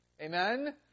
Amen